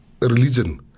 religion